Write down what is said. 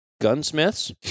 Gunsmiths